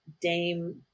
Dame